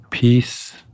Peace